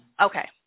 okay